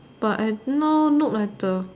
but I now note like the